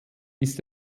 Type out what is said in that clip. ist